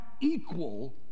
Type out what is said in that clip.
equal